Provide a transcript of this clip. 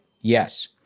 Yes